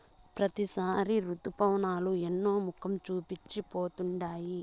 ప్రతిసారి రుతుపవనాలు ఎన్నో మొఖం చూపించి పోతుండాయి